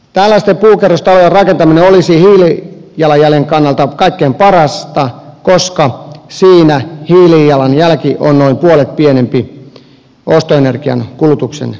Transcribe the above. tällaisten puukerrostalojen rakentaminen olisi hiilijalanjäljen kannalta kaikkein parasta koska siinä hiilijalanjälki on noin puolet pienempi ostoenergian kulutuksen suhteen